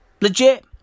Legit